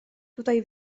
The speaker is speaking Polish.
tutaj